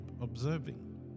observing